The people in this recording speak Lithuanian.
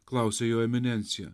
klausė jo eminencija